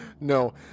No